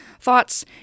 thoughts